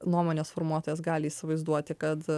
nuomonės formuotojas gali įsivaizduoti kad